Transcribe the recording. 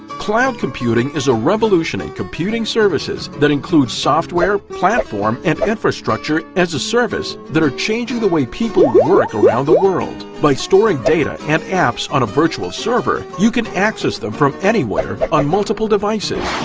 cloud computing is a revolution in computing services that includes software, platform and infrastructure as a service that are changing the way people work around the world. by storing data and apps on a virtual server, you can access them from anywhere on multiple devices.